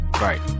Right